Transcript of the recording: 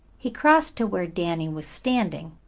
he crossed to where danny was standing,